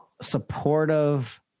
supportive